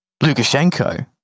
Lukashenko